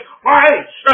Christ